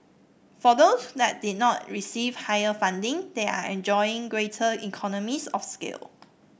for those that did not receive higher funding they are enjoying greater economies of scale